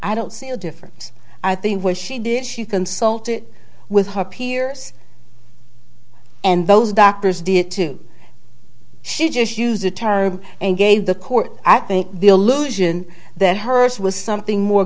i don't see a difference i think what she did she consulted with ha peers and those doctors did too she just use it time and gave the court i think the illusion that hers was something more